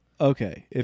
Okay